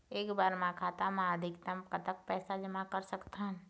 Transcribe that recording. एक बार मा खाता मा अधिकतम कतक पैसा जमा कर सकथन?